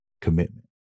commitment